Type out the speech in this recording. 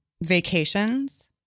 vacations